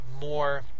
more